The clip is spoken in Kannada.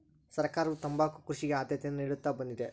ಸರ್ಕಾರವು ತಂಬಾಕು ಕೃಷಿಗೆ ಆದ್ಯತೆಯನ್ನಾ ನಿಡುತ್ತಾ ಬಂದಿದೆ